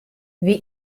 wie